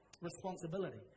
responsibility